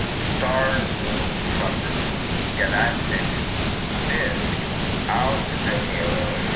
stars move from this galactic disc out to the halo,